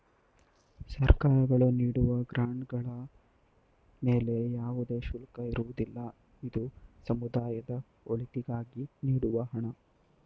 ಸರ್ಕಾರಗಳು ನೀಡುವ ಗ್ರಾಂಡ್ ಗಳ ಮೇಲೆ ಯಾವುದೇ ಶುಲ್ಕ ಇರುವುದಿಲ್ಲ, ಇದು ಸಮುದಾಯದ ಒಳಿತಿಗಾಗಿ ನೀಡುವ ಹಣ